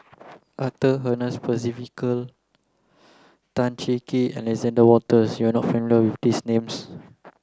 Arthur Ernest Percival Tan Cheng Kee Alexander Wolters you are not familiar with these names